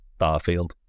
Starfield